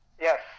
Yes